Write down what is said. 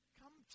come